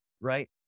Right